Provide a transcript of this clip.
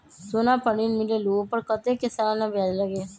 सोना पर ऋण मिलेलु ओपर कतेक के सालाना ब्याज लगे?